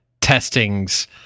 testings